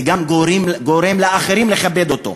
וגם גורם לאחרים לכבד אותו.